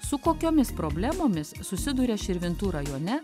su kokiomis problemomis susiduria širvintų rajone